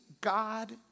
God